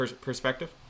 perspective